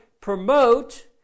promote